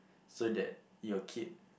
so that your kid